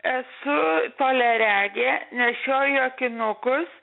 esu toliaregė nešioju akinukus